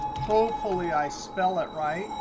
hopefully i spell it right.